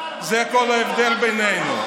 זה כל ההבדל בינינו.